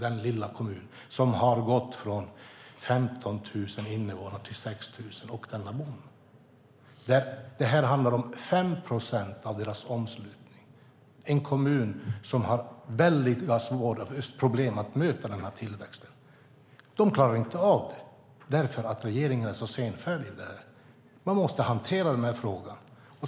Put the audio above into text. Den har gått från 15 000 till 6 000 invånare, trots den boom vi ser. Det handlar om 5 procent av deras omslutning, detta i en kommun som har väldiga problem med att möta tillväxten. De klarar inte av det eftersom regeringen är så senfärdig. Frågan måste hanteras.